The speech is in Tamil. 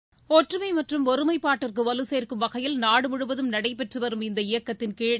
செகண்ட்ஸ் ஒற்றுமை மற்றும் ஒருமைப்பாட்டிற்கு வலுசேர்க்கும் வகையில் நாடுமுழுவதும் நடைபெற்று வரும் இந்த இயக்கத்தின்கீழ்